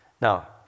Now